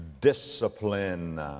discipline